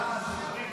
חוק